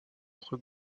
être